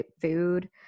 food